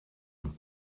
een